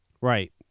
Right